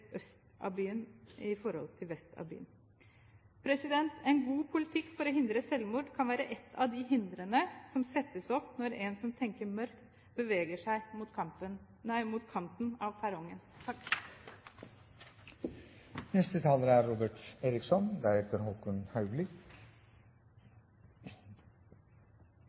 i byen enn vest i byen. En god politikk for å hindre selvmord kan være et av de hindrene som settes opp når en som tenker mørkt, beveger seg mot